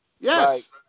Yes